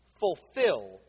fulfill